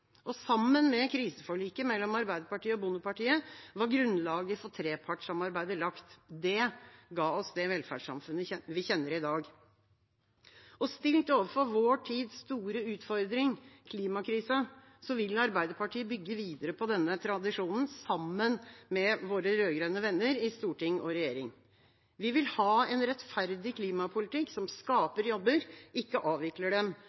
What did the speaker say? Sammen med kriseforliket mellom Arbeiderpartiet og Bondepartiet var grunnlaget for trepartssamarbeidet lagt, og det ga oss det velferdssamfunnet vi kjenner i dag. Stilt overfor vår tids store utfordring, klimakrisa, vil Arbeiderpartiet bygge videre på denne tradisjonen, sammen med våre rød-grønne venner i storting og regjering. Vi vil ha en rettferdig klimapolitikk som skaper jobber, ikke avvikler dem,